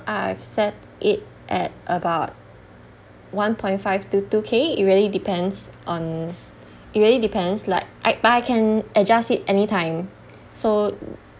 I've set it at about one point five to two K it really depends on it really depends like I but I can adjust it anytime so